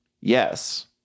yes